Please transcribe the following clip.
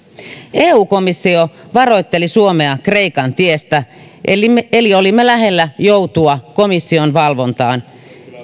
eu komissio varoitteli suomea kreikan tiestä eli olimme lähellä joutua komission valvontaan